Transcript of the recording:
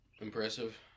impressive